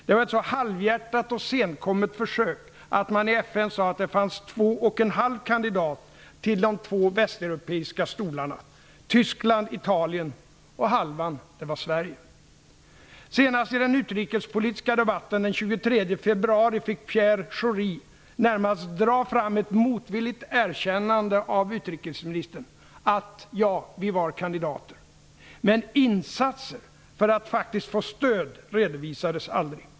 Det var ett så halvhjärtat och senkommet försök att man i FN sade att det fanns två och en halv kandidat till de två västeuropeiska stolarna, nämligen Tyskland, Italien och halvan som var Pierre Schori närmast dra fram ett motvilligt erkännande av utrikesministern att vi var kandidater. Men några insatser för att faktiskt få stöd redovisades aldrig.